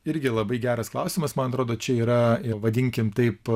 irgi labai geras klausimas man atrodo čia yra vadinkime taip